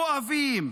כואבים,